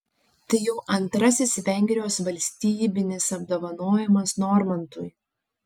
tai jau antrasis vengrijos valstybinis apdovanojimas normantui